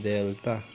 Delta